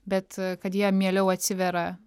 bet kad jie mieliau atsiveria